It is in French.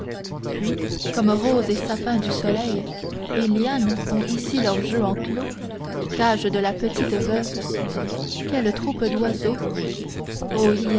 puis comme rose et sapin du soleil et liane ont ici leurs jeux enclos cage de la petite veuve quelles troupes d'oiseaux